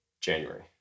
january